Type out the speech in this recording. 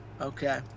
Okay